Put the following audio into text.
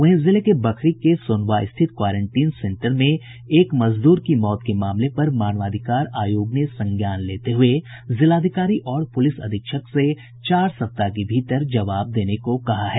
वहीं जिले के बखरी के सोनवा स्थित क्वारेंटीन सेंटर में एक मजदूर की मौत के मामले पर मानवाधिकार आयोग ने संज्ञान लेते हुए जिलाधिकारी और पुलिस अधीक्षक से चार सप्ताह के भीतर जवाब देने को कहा है